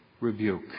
rebuke